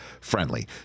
friendly